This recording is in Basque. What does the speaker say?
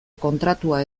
kontratua